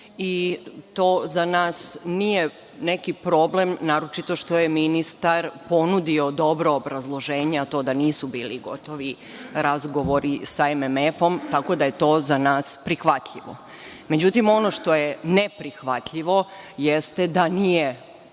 i to za nas nije neki problem, naročito što je ministar ponudio dobro obrazloženje, a to da nisu bili gotovi razgovori sa MMF-om, tako da je to za nas prihvatljivo.Međutim, ono što je neprihvatljivo, jeste da nije